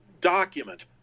document